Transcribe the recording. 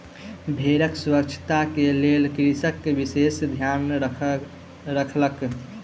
भेड़क स्वच्छता के लेल कृषक विशेष ध्यान रखलक